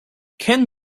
ken